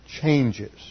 changes